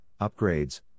upgrades